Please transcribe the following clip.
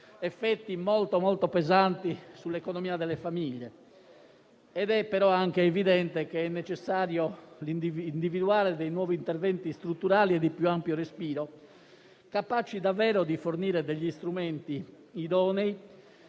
effetti molto pesanti sull'economia delle famiglie. È però anche evidente la necessità di individuare nuovi interventi strutturali e di più ampio respiro, capaci davvero di fornire degli strumenti idonei